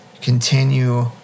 continue